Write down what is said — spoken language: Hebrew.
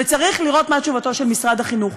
וצריך לראות מה תשובתו של משרד החינוך.